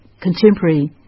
contemporary